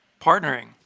partnering